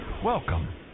Welcome